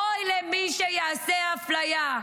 אוי למי שיעשה אפליה,